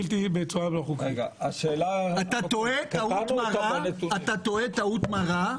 אתה טועה טעות מרה.